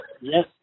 yes